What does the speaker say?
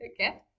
okay